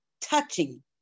touching